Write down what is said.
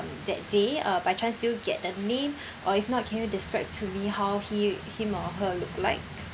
that day uh by chance do you get the name or if not can you describe to me how he him or her look like